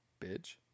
Bitch